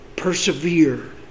Persevere